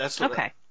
Okay